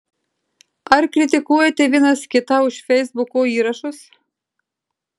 ar kritikuojate vienas kitą už feisbuko įrašus